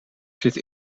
zitten